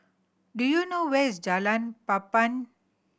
do you know where is Jalan Papan